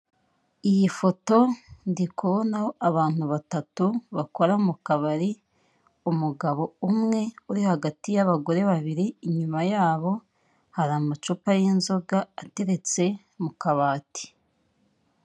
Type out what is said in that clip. Iyi foto ndikubonaho abantu batatu bakora mu kabari, umugabo umwe uri hagati y'abagore babiri, inyuma yaho hari amacupa y'inzoga ateretse mu kabati.